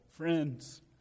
Friends